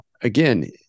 again